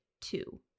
two